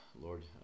Lord